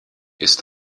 ist